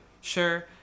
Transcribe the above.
sure